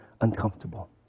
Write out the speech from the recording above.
uncomfortable